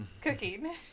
Cooking